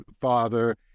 father